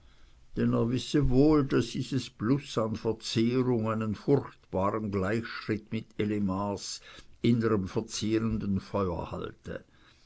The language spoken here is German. er wisse wohl daß dieses plus an verzehrung einen furchtbaren gleichschritt mit elimars innerem verzehrenden feuer halte